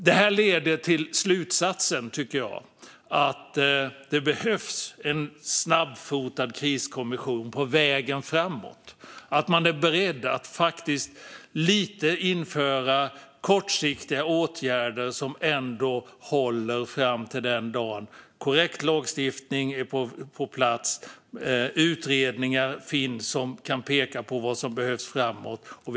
Det här leder mig till slutsatsen att det behövs en snabbfotad kriskommission på vägen framåt och att man måste vara beredd att vidta kortsiktiga åtgärder som håller fram till den dag då korrekt lagstiftning är på plats och det finns utredningar som kan peka på vad som behövs framöver.